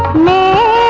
me